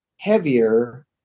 heavier